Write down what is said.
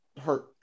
hurt